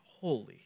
holy